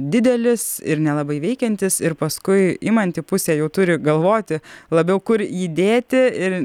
didelis ir nelabai veikiantis ir paskui imanti pusė jau turi galvoti labiau kur jį dėti ir